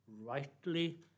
rightly